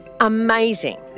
Amazing